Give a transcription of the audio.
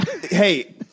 Hey